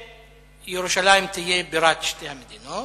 שירושלים תהיה בירת שתי המדינות,